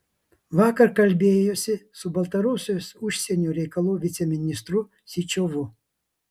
vakar kalbėjosi su baltarusijos užsienio reikalų viceministru syčiovu